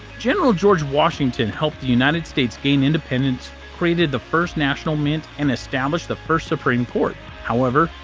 general george washington helped the united states gain independence, created the first national mint, and established the first supreme court. however,